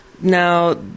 Now